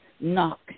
knock